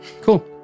Cool